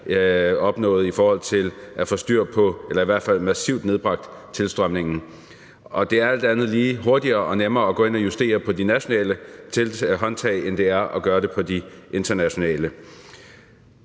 opnåede i forhold til at få styr på eller i hvert fald massivt nedbragt tilstrømningen. Det er alt andet lige hurtigere og nemmere at gå ind og justere på de nationale håndtag, end det er at gøre det på de internationale.